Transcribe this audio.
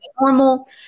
normal